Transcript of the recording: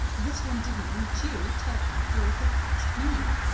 this one didn't reach you till after it had passed me.